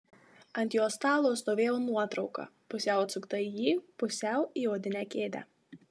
ant jo stalo stovėjo nuotrauka pusiau atsukta į jį pusiau į odinę kėdę